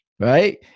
right